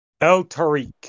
El-Tariq